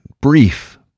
brief